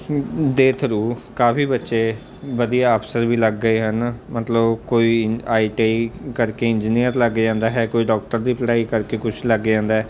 ਦੇ ਥਰੂ ਕਾਫ਼ੀ ਬੱਚੇ ਵਧੀਆ ਅਫ਼ਸਰ ਵੀ ਲੱਗ ਗਏ ਹਨ ਮਤਲਬ ਕੋਈ ਆਈ ਟੀ ਆਈ ਕਰਕੇ ਇੰਜੀਨੀਅਰ ਲੱਗ ਜਾਂਦਾ ਹੈ ਕੋਈ ਡਾਕਟਰ ਦੀ ਪੜ੍ਹਾਈ ਕਰਕੇ ਕੁਛ ਲੱਗ ਜਾਂਦਾ ਹੈ